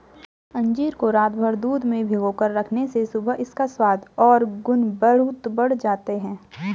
अंजीर को रातभर दूध में भिगोकर रखने से सुबह इसका स्वाद और गुण बहुत बढ़ जाते हैं